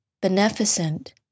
beneficent